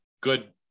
good